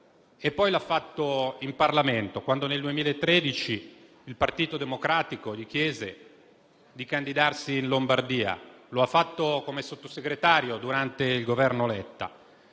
e poi lo ha fatto in Parlamento, quando nel 2013 il Partito Democratico gli chiese di candidarsi in Lombardia, e come Sottosegretario durante il governo Letta.